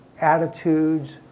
attitudes